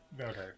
okay